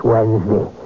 Wednesday